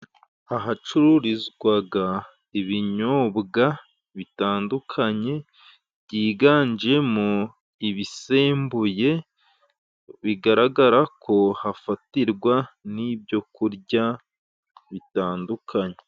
Ahacururizwaga ibinyobwa bitandukanye, byiganjemo ibisembuye, bigaragara ko hafatirwa n'ibyokurya bitandukanye.